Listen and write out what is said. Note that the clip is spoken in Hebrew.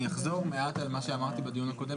אני אחזור מעט על מה שאמרתי בדיון הקודם